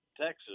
Texas